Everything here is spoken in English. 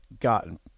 Gotten